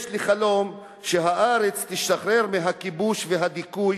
יש לי חלום שהארץ תשתחרר מהכיבוש ומהדיכוי